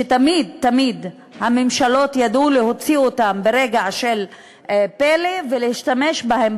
שתמיד תמיד הממשלות ידעו להוציא אותן ברגע של פלא ולהשתמש בהן,